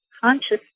conscious